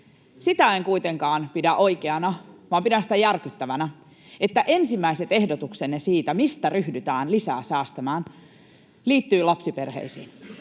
Sitä en kuitenkaan pidä oikeana, vaan pidän sitä järkyttävänä, että ensimmäiset ehdotuksenne siitä, mistä ryhdytään lisää säästämään, liittyvät lapsiperheisiin.